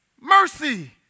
Mercy